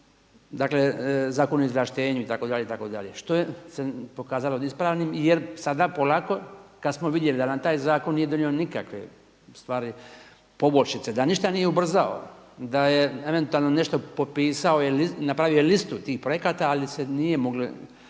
dakle Zakon o izvlaštenju itd., itd., što se pokazalo neispravnim jer sada polako kada smo vidjeli da nam taj zakon nije donio nikakve stvari, poboljšice, da ništa nije ubrzao, da je eventualno nešto popisao ili napravio listu tih projekata ali se nije moglo